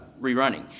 rerunning